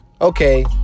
Okay